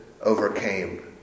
overcame